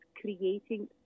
creating